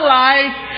life